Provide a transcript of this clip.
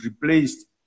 replaced